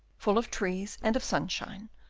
full of trees and of sunshine,